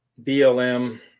BLM